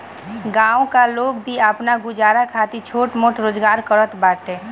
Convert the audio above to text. गांव का लोग भी आपन गुजारा खातिर छोट मोट रोजगार करत बाटे